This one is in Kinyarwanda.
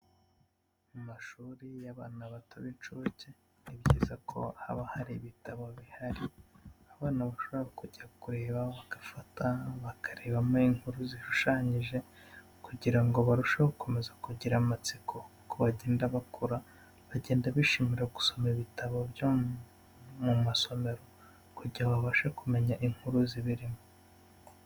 Mu mashuri y'abana bato b'inshuke ni byiza ko haba hari ibitabo bihari abana bashobora kujya kureba bagafata bakarebamo inkuru zishushanyije kugira ngo barusheho gukomeza kugira amatsiko, uko bagenda bakura bagenda bishimira gusoma ibitabo byo mu masomero kugira babashe kumenya inkuru z'ibirimo.